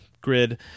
Grid